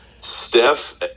Steph